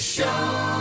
Show